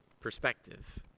perspective